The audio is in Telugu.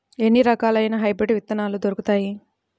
ఎన్ని రకాలయిన హైబ్రిడ్ విత్తనాలు దొరుకుతాయి?